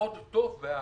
מאוד טוב בהדסה